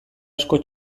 asko